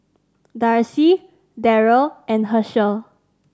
Darcy Darryll and Hershell